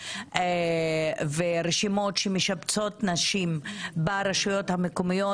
ורשימות שמשבצות נשים ברשויות המקומיות,